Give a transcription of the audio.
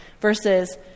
Versus